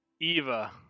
Eva